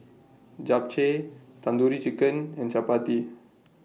Japchae Tandoori Chicken and Chapati